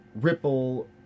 Ripple